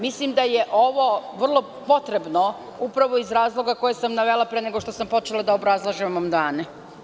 Mislim da je ovo vrlo potrebno upravo iz razloga koje sam navela pre nego što sam počela da obrazlažem amandmane.